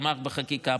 תמך בחקיקה.